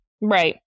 right